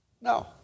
No